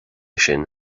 sin